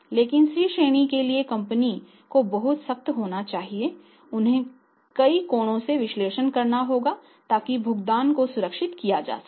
लेकिन C श्रेणी के लिए कंपनी को बहुत सख्त होना चाहिए उन्हें कई कोणों से विश्लेषण करना होगा ताकि भुगतान हो सुरक्षित किया जा सके